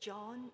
John